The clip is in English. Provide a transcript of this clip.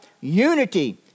unity